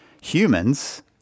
humans